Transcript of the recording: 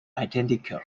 identical